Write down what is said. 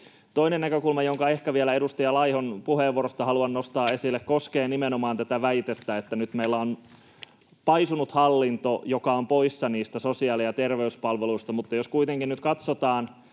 Toinen näkökulma, jonka ehkä vielä edustaja Laihon puheenvuorosta haluan nostaa esille, koskee nimenomaan tätä väitettä, että nyt meillä on paisunut hallinto, joka on poissa niistä sosiaali- ja terveyspalveluista, mutta jos kuitenkin nyt katsotaan